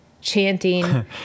chanting